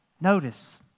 Notice